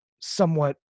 somewhat